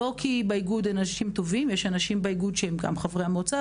לא בגלל שבאיגוד אין אנשים טובים יש אנשים באיגוד שהם גם חברי מועצה,